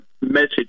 message